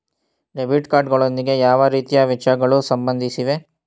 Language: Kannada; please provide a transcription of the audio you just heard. ಡೆಬಿಟ್ ಕಾರ್ಡ್ ಗಳೊಂದಿಗೆ ಯಾವ ರೀತಿಯ ವೆಚ್ಚಗಳು ಸಂಬಂಧಿಸಿವೆ?